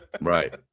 Right